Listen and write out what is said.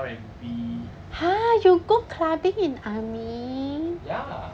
!huh! you go clubbing in army